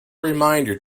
reminder